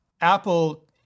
Apple